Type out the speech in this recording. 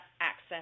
access